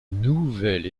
nouvelle